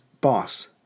boss